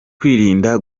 kwirinda